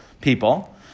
people